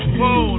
whoa